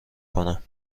کنم